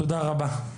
תודה רבה.